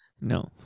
No